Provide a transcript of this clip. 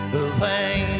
away